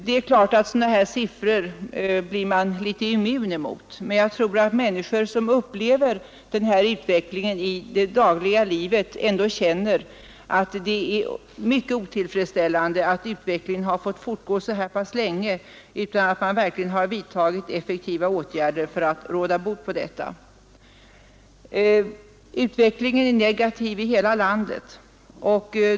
Man kan givetvis bli immun mot sådana siffror, men de människor som upplever denna utveckling i det dagliga livet tror jag ändå känner att det är mycket otillfredsställande att utvecklingen har fått fortgå så pass länge som fallet varit utan att man verkligen har vidtagit effektiva åtgärder för att råda bot på missförhållandena. Utvecklingen har varit negativ i hela landet.